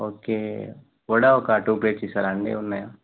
okay vada కూడా ఒక two plates ఇస్తారాండి ఉన్నాయా